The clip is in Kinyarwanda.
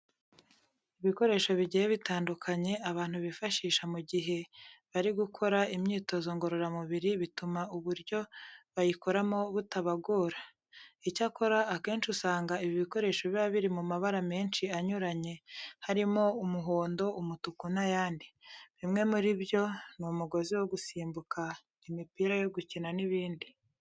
Ibikoresho bigiye bitandukanye, abantu bifashisha mu gihe bari gukora imyitozo ngororangingo, bituma uburyo bayikoramo butabagora. Icyakora, akenshi usanga ibi bikoresho biba biri mu mabara menshi anyuranye, harimo umuhondo, umutuku n'ayandi. Bimwe muri byo ni umugozi wo gusimbuka, imipira yo gukina n'ibindi.